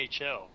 NHL